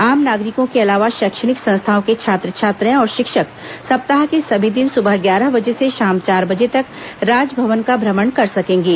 आम नागरिकों के अलावा शैक्षणिक संस्थाओं के छात्र छात्राएं और शिक्षक सप्ताह के सभी दिन सुबह ग्यारह बजे से शाम चार बजे तक राजभवन का भ्रमण कर सकेंगे